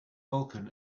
vulkan